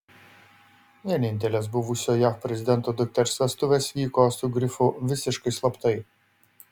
vienintelės buvusio jav prezidento dukters vestuvės vyko su grifu visiškai slaptai